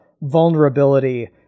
vulnerability